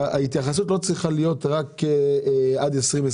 ההתייחסות לא צריכה להיות רק עד 2023,